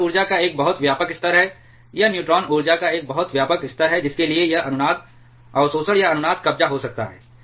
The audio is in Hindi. तो यह ऊर्जा का एक बहुत व्यापक स्तर है यह न्यूट्रॉन ऊर्जा का एक बहुत व्यापक स्तर है जिसके लिए यह अनुनाद अवशोषण या अनुनाद कब्जा हो सकता है